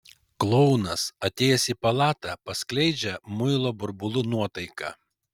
klounas atėjęs į palatą paskleidžia muilo burbulų nuotaiką